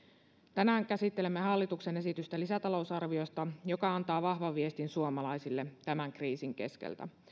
tänään käsittelemme hallituksen esitystä lisätalousarviosta joka antaa vahvan viestin suomalaisille tämän kriisin keskeltä